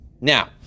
Now